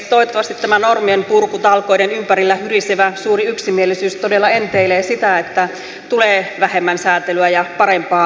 toivottavasti tämä normienpurkutalkoiden ympärillä hyrisevä suuri yksimielisyys todella enteilee sitä että tulee vähemmän säätelyä ja parempaa säätelyä